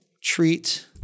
treat